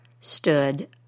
stood